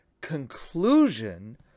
conclusion